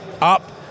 up